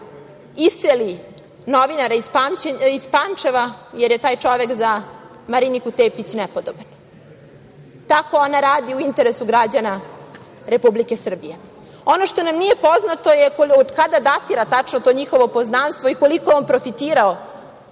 iseli novinara iz Pančeva, jer je taj čovek za Mariniku Tepić nepodoban. Tako ona radi u interesu građana Republike Srbije. Ono što nam nije poznato od kada tačno datira to njihovo poznanstvo i koliko je on profitirao